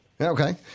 Okay